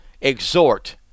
exhort